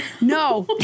No